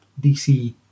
DC